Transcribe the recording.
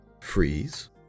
Freeze